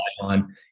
on